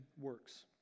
works